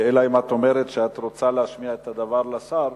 אלא אם כן את אומרת שאת רוצה להשמיע את הדבר לשר.